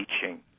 teaching